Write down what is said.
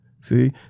See